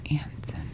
Anson